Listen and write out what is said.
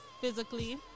physically